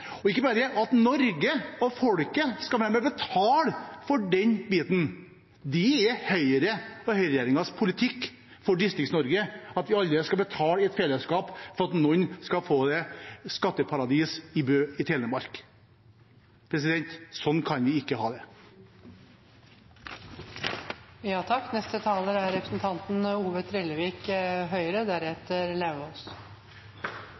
rikeste. Ikke bare det: Norge og det norske folket skal være med på å betale for det. Det er Høyres og høyreregjeringens politikk for Distrikts-Norge: Vi skal alle, i fellesskap, betale for at noen skal få et skatteparadis i Bø i Telemark. Slik kan vi ikke ha det. Representanten Ove Trellevik